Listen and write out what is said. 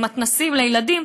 מתנ"סים לילדים,